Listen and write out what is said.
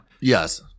Yes